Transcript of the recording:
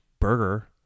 burger